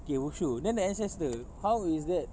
okay wushu then the ancestor how is that